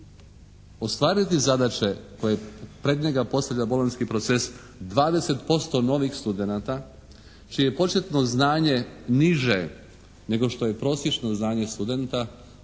ostvariti zadaće koje pred njega postavlja Bolonjski proces, 20%novih studenata čije je početno znanje niže nego što je prosječno znanje studenta